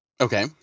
Okay